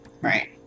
Right